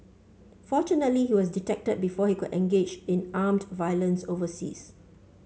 fortunately he was detected before he could engage in armed violence overseas